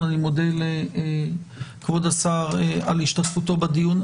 אני מודה לכבוד השר על השתתפותו בדיון.